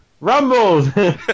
Rumbles